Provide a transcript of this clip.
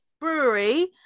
brewery